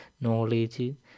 knowledge